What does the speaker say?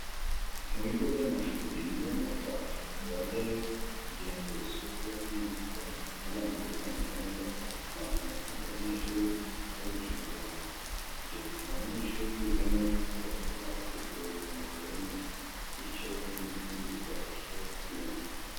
Mu bigo by'amashuri ni ngombwa ko abayobozi bajyayo kugenzura isuku yo mu gikoni, hagamijwe kwemeza neza ko amafunguro ahabwa abanyeshuri aba yujuje ubuziranenge. Ibyo bituma abanyeshuri biga neza kubera ko baba bafite ubuzima buzira umuze, bityo n'imitsindire ikarushaho kwiyongera.